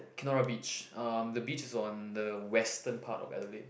Kenora Beach um the beach is on the western part of Adelaide